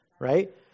right